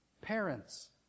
Parents